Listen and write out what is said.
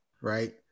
right